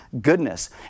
goodness